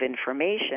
information